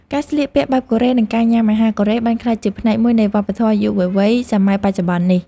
ការស្លៀកពាក់បែបកូរ៉េនិងការញ៉ាំអាហារកូរ៉េបានក្លាយជាផ្នែកមួយនៃវប្បធម៌យុវវ័យសម័យបច្ចុប្បន្ននេះ។